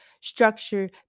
structure